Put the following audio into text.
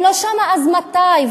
אם לא שם אז מתי?